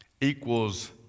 equals